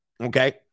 okay